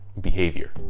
behavior